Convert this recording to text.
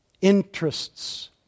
interests